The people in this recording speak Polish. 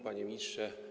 Panie Ministrze!